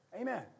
Amen